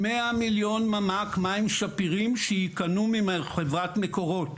100 מיליון ממ"ק מים שפירים שייקנו מחברת מקורות,